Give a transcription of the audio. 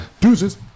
Deuces